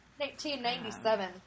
1997